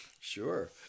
Sure